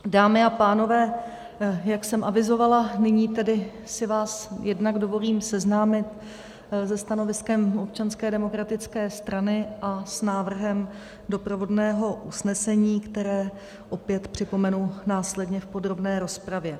Dámy a pánové, jak jsem avizovala, nyní tedy si vás jednak dovolím seznámit se stanoviskem Občanské demokratické strany a s návrhem doprovodného usnesení, které opět připomenu následně v podrobné rozpravě.